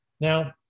Now